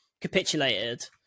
capitulated